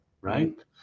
right